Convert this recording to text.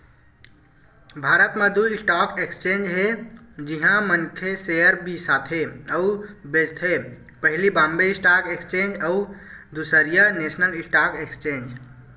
भारत म दू stock exchange हे जिहाँ मनखे सेयर बिसाथे अउ बेंचथे पहिली बॉम्बे स्टॉक एक्सचेंज अउ दूसरइया नेसनल स्टॉक एक्सचेंज